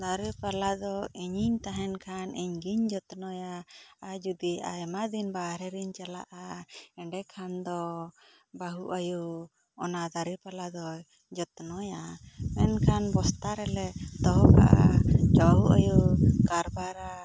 ᱫᱟᱨᱮ ᱯᱟᱞᱟ ᱫᱚ ᱤᱧᱤᱧ ᱛᱟᱦᱮᱱ ᱠᱷᱟᱱ ᱤᱧ ᱜᱤᱧ ᱡᱚᱛᱱᱚᱭᱟ ᱟᱨ ᱡᱩᱫᱤ ᱟᱭᱢᱟ ᱫᱤᱱ ᱵᱟᱦᱨᱮ ᱨᱤᱧ ᱪᱟᱞᱟᱜᱼᱟ ᱮᱸᱰᱮᱠᱷᱟᱱ ᱫᱚ ᱵᱟᱹᱦᱩ ᱟᱭᱳ ᱚᱱᱟ ᱫᱟᱨᱮ ᱯᱟᱞᱟ ᱫᱚᱭ ᱡᱚᱛᱱᱚᱭᱟ ᱢᱮᱱᱠᱷᱟᱱ ᱵᱚᱥᱛᱟ ᱨᱮᱞᱮ ᱫᱚᱦᱚ ᱠᱟᱜᱼᱟ ᱵᱟᱹᱦᱩ ᱟᱭᱳ ᱠᱟᱨᱵᱟᱨᱟ ᱪᱚᱸᱫᱟ